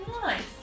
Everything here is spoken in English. Nice